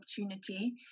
opportunity